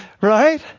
right